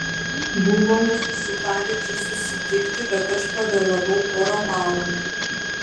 buvome susitarę čia susitikti bet aš pavėlavau pora valandų